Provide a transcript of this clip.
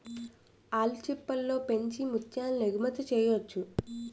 ఆల్చిప్పలను పెంచి ముత్యాలను ఎగుమతి చెయ్యొచ్చు